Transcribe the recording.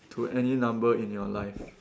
to any number in your life